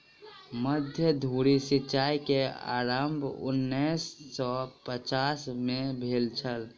मध्य धुरी सिचाई के आरम्भ उन्नैस सौ पचास में भेल छल